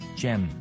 gem